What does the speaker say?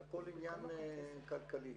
זה הכול עניין כלכלי.